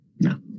no